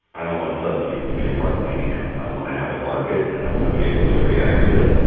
i don't want subsidies to be a part of my income. i want to have a market, and i want to be able to react to it.